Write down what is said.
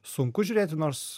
sunku žiūrėti nors